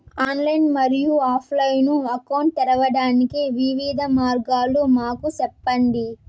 Online మరియు offline account తెరవడానికి వివిధ మార్గాలు మాకు సెప్పండి?